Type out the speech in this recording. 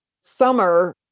summer